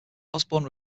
osborne